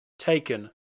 Taken